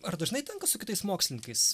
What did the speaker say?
ar dažnai tenka su kitais mokslininkais